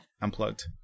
Unplugged